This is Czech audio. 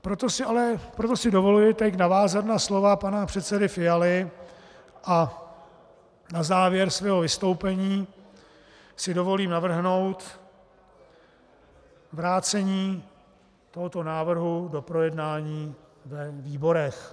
Proto si dovoluji navázat na slova pana předsedy Fialy a na závěr svého vystoupení si dovolím navrhnout vrácení tohoto návrh k projednání ve výborech.